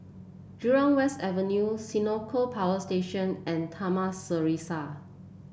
Jurong West Avenue Senoko Power Station and Taman Serasi